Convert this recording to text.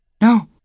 No